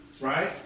Right